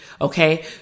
Okay